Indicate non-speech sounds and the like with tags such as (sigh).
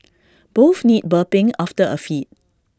(noise) both need burping after A feed